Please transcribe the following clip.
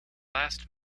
last